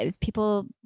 people